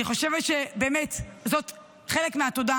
אני חושבת שבאמת זה חלק מהתודה.